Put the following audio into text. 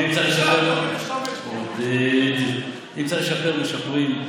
היום, עכשיו, עודד, אם צריך לשפר, משפרים,